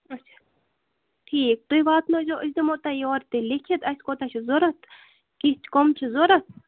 اچھا ٹھیٖک تُہۍ واتنٲیزیو أسۍ دِمو تۄہہِ یورٕ تہِ لیکِھتھ اَسہِ کوتاہ چھُ ضوٚرَتھ کِتھ کَم چھِ ضوٚرَتھ